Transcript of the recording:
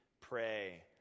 pray